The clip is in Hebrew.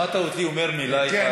שמעת אותי אומר מילה אחת?